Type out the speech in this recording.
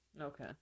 Okay